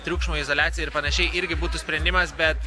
triukšmo izoliaciją ir panašiai irgi būtų sprendimas bet